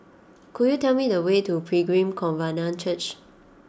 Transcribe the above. could you tell me the way to Pilgrim Covenant Church